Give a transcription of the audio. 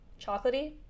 Chocolatey